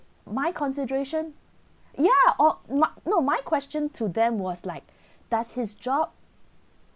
my concentration ya or my no my question to them was like does his job